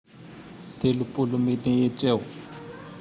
Telopolo minitry eo.